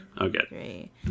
Okay